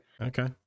Okay